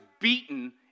beaten